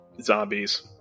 zombies